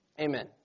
amen